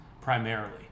primarily